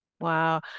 Wow